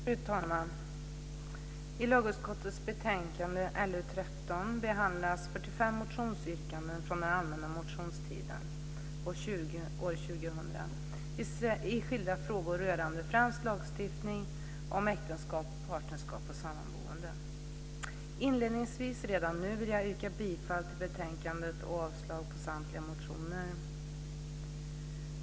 Fru talman! I lagutskottets betänkande LU13 behandlas 45 motionsyrkanden från den allmänna motionstiden 2000 i skilda frågor rörande främst lagstiftning om äktenskap, partnerskap och samboende. Inledningsvis vill jag redan nu yrka bifall till hemställan i betänkandet och avslag på samtliga motioner.